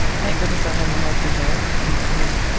thank goodness i had my husband there, and he